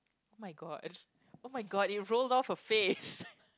oh-my-god oh-my-god it rolled off her face